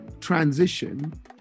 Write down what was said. transition